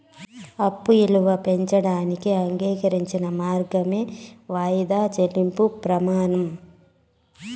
అప్పు ఇలువ పెంచేదానికి అంగీకరించిన మార్గమే వాయిదా చెల్లింపు ప్రమానం